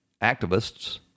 activists